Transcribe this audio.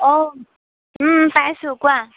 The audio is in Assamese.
অ পাইছোঁ কোৱা